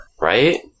right